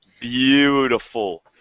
beautiful